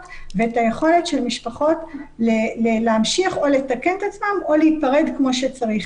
ואת היכולת של משפחות להמשיך ולתקן את עצמן או להיפרד כמו שצריך.